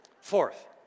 Fourth